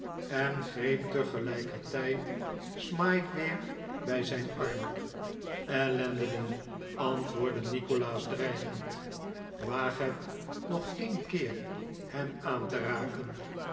en greep tegelijkertijd smike weer bij zijn arm ellendeling antwoordde nikolaas dreigend waag het nog een keer hem aan te raken